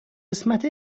قسمت